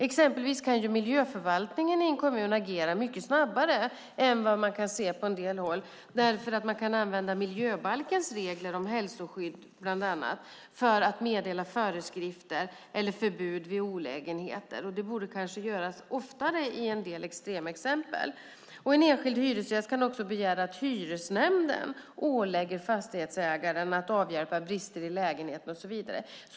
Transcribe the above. Exempelvis kan miljöförvaltningen i en kommun agera mycket snabbare än vad vi kan se på en del håll, därför att man bland annat kan använda miljöbalkens regler om hälsoskydd för att meddela föreskrifter eller förbud vid olägenheter. Det borde kanske göras oftare i en del extremexempel. En enskild hyresgäst kan också begära att hyresnämnden ålägger fastighetsägaren att avhjälpa brister i lägenheten och så vidare.